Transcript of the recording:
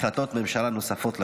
החלטות ממשלה נוספות לנגב.